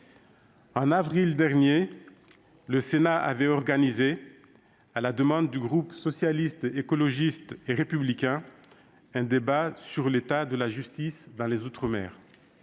En avril dernier, le Sénat avait organisé, à la demande du groupe Socialiste, Écologiste et Républicain, un débat sur l'état de la justice dans les outre-mer.